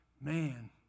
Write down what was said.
Man